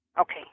Okay